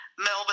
Melbourne